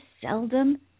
seldom